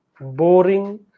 boring